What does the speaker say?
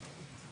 נכון.